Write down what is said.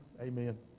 Amen